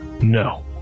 no